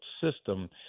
system